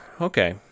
Okay